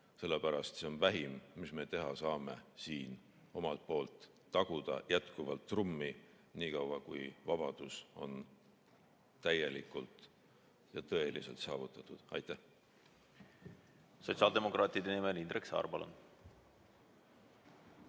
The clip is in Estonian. Sellepärast see on vähim, mida me teha saame siin omalt poolt: taguda jätkuvalt trummi, nii kaua, kui vabadus on täielikult ja tõeliselt saavutatud. Aitäh!